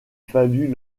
fallut